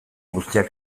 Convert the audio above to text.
guztiak